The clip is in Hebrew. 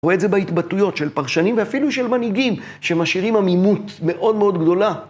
רואה את זה בהתבטאויות של פרשנים ואפילו של מנהיגים שמשאירים עמימות מאוד מאוד גדולה.